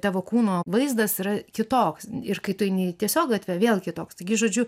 tavo kūno vaizdas yra kitoks ir kai tu eini tiesiog gatve vėl kitoks taigi žodžiu